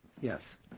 Yes